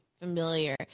familiar